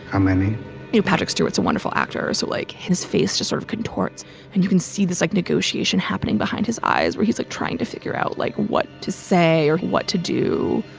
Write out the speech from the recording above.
how many patrick stewart is a wonderful actor is it like his face to sort of contorts and you can see this like negotiation happening behind his eyes where he's like trying to figure out like what to say or what to do.